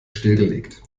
stillgelegt